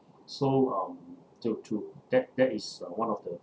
so um to to that that is uh one of the